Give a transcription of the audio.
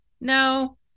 no